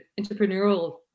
entrepreneurial